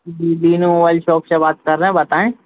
जी Dinu mobile shop से बात कर रहे हैं बताएं